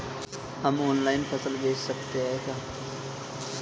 हम ऑनलाइन फसल बेच सकते हैं क्या?